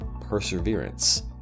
perseverance